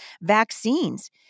vaccines